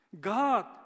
God